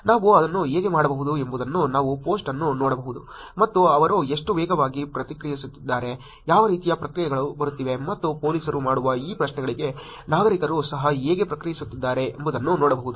ನಾವು ಅದನ್ನು ಹೇಗೆ ಮಾಡಬಹುದು ಎಂಬುದನ್ನು ನಾವು ಪೋಸ್ಟ್ ಅನ್ನು ನೋಡಬಹುದು ಮತ್ತು ಅವರು ಎಷ್ಟು ವೇಗವಾಗಿ ಪ್ರತಿಕ್ರಿಯಿಸುತ್ತಿದ್ದಾರೆ ಯಾವ ರೀತಿಯ ಪ್ರತಿಕ್ರಿಯೆಗಳು ಬರುತ್ತಿವೆ ಮತ್ತು ಪೊಲೀಸರು ಮಾಡುವ ಈ ಪ್ರಶ್ನೆಗಳಿಗೆ ನಾಗರಿಕರು ಸಹ ಹೇಗೆ ಪ್ರತಿಕ್ರಿಯಿಸುತ್ತಿದ್ದಾರೆ ಎಂಬುದನ್ನು ನೋಡಬಹುದು